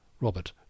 Robert